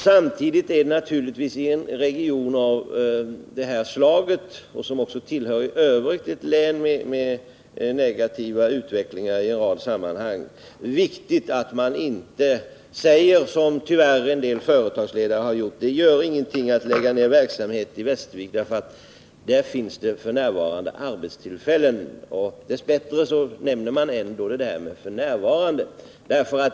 Samtidigt är det naturligtvis i en region av detta slag — som tillhör ett län med en även i Övrigt negativ utveckling i en rad sammanhang -— viktigt att man inte, som en del företagsledare tyvärr har gjort, säger: Det gör ingenting att lägga ner verksamheten i Västervik, för där finns det f. n. arbetstillfällen. — Dess bättre säger man ändå ”f. n.”.